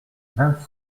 vingt